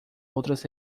outras